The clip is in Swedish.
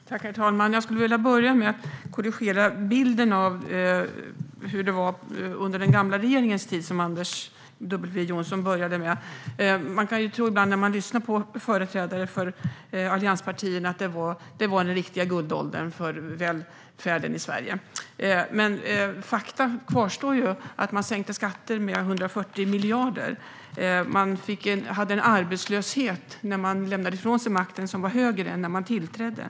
Herr talman! Jag skulle vilja börja med att korrigera bilden av hur det var under den gamla regeringens tid som Anders W Jonsson började med. När man lyssnar på företrädare för allianspartierna kan man ibland tro att det var den riktiga guldåldern för välfärden i Sverige. Men fakta kvarstår: Man sänkte skatter med 140 miljarder. Man hade en arbetslöshet när man lämnade ifrån sig makten som var högre än när man tillträdde.